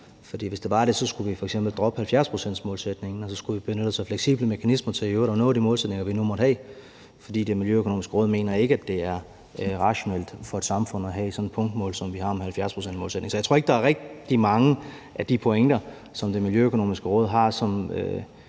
hvis det var det, skulle vi f.eks. droppe 70-procentsmålsætningen, og så skulle vi benytte os af fleksible mekanismer til i øvrigt at nå de målsætninger, vi nu måtte have. For Det Miljøøkonomiske Råd mener ikke, at det er rationelt for et samfund at have sådan et punktmål, som vi har med 70-procentsmålsætningen. Så jeg tror ikke, der er rigtig mange af de pointer, som Det Miljøøkonomiske Råd har, som